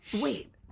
Wait